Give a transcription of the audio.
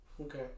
Okay